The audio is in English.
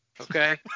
okay